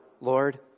Lord